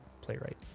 playwright